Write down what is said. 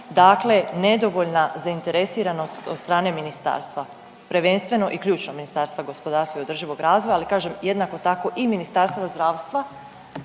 dakle nedovoljna zainteresiranost od strane ministarstva prvenstveno i ključno Ministarstva gospodarstva i održivog razvoja. Ali kažem jednako tako i Ministarstvo zdravstva